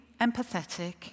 empathetic